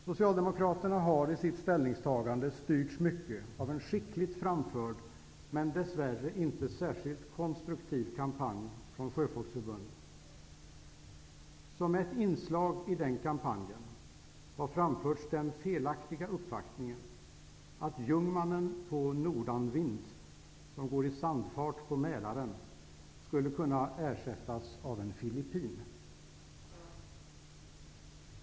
Socialdemokraterna har i sitt ställningstagande styrts mycket av en skickligt framförd men dess värre inte särskilt konstruktiv, kampanj från Sjöfolksförbundet. Som ett inslag i den kampanjen har framförts den felaktiga uppfattningen att jungmannen på Nordanvind, som går i sandfart på Mälaren, skulle kunna ersättas av en filippin.